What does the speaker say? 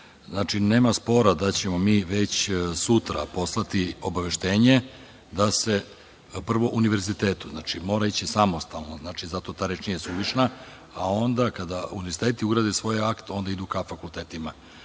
Nema spora da ćemo mi već sutra poslati obaveštenje, prvo univerzitetu, znači, mora ići samostalno zato ta reč nije suvišna, a onda kada univerziteti urade svoj akt onda idu ka fakultetima. Kada